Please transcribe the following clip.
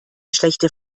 schlechte